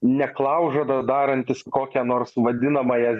neklaužada darantis kokią nors vadinamąją